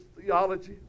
theology